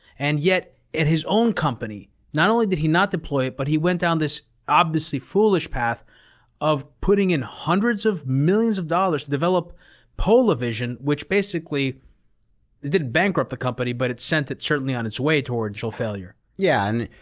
and yet, in his own company, not only did he not deploy it but he went down this obviously foolish path of putting in hundreds of millions of dollars to develop polavision, which basically. it didn't bankrupt the company, but it sent it, certainly, on its way to financial failure. yeah.